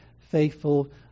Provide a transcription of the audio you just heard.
faithful